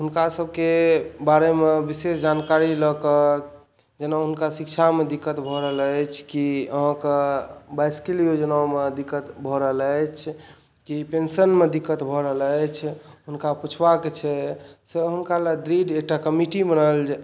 हुनका सभके बारेमे विशेष जानकारी लऽ कऽ जेना हुनका शिक्षामे दिक्कत भऽ रहल अछि कि अहाँकेँ बाइसिकिल योजनामे दिक्कत भऽ रहल अछि कि पेन्शनमे दिक्कत भऽ रहल अछि हुनका पुछबाक छै से हुनका लेल दृढ़ एकटा कमिटी बनाएल